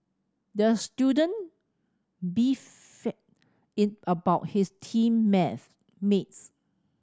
the student about his team maths mates